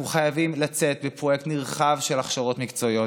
אנחנו חייבים לצאת בפרויקט נרחב של הכשרות מקצועיות.